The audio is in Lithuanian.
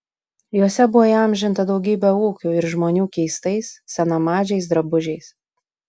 jose buvo įamžinta daugybė ūkių ir žmonių keistais senamadžiais drabužiais